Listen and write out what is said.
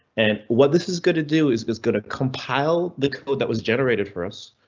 and what this is going to do is is going to compile the code that was generated for us.